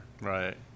Right